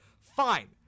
fine